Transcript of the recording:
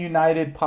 United